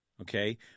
Okay